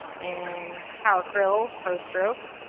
and powercryl. pro stroke,